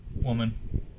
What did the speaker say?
woman